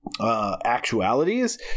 Actualities